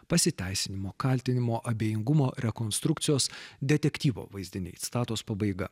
pasiteisinimo kaltinimo abejingumo rekonstrukcijos detektyvo vaizdiniai citatos pabaiga